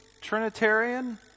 Trinitarian